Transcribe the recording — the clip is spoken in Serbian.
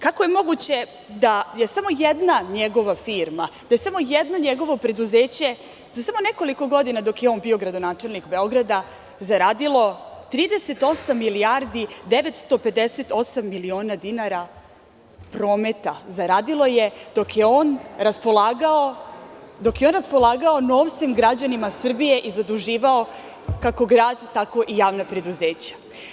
Kako je moguće da je samo jedna njegova firma, da je samo jedno njegovo preduzeće za samo nekoliko godina, dok je on bio gradonačelnik Beograd, zaradilo 38 milijardi i 958 miliona dinara prometa, dok je on raspolagao novcem građana Srbije i zaduživao kako grad, tako i javna preduzeća?